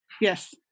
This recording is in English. Yes